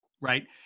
Right